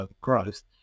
growth